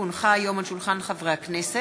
כי הונחו היום על שולחן הכנסת,